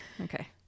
Okay